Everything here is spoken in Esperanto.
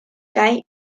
kaj